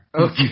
Okay